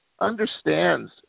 understands